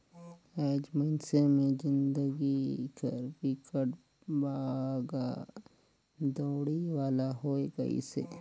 आएज मइनसे मे जिनगी हर बिकट भागा दउड़ी वाला होये गइसे